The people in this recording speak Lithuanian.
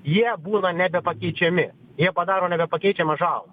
jie būna nebepakeičiami jie padaro nebepakeičiamą žalą